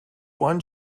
one